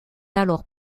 alors